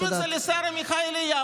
אז מעבירים את זה לשר עמיחי אליהו.